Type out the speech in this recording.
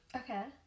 okay